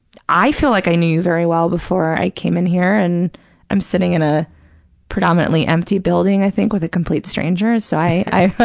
i feel like i knew you very well before i came in here and i'm sitting in a predominantly empty building, i think, with a complete stranger, so i,